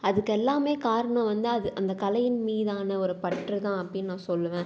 அதுக்கெல்லாமே காரணம் வந்து அது அந்தக் கலையின் மீதான ஒரு பற்று தான் அப்படின்னு நான் சொல்வேன்